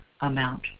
amount